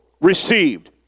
received